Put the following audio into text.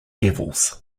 devils